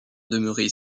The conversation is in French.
demeuré